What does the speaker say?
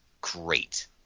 great